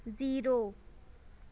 zero